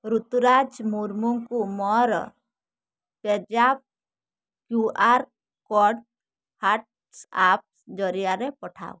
ରୁତୁରାଜ ମୁର୍ମୁଙ୍କୁ ମୋର page app Q R code WhatsApp ଜରିଆରେ ପଠାଅ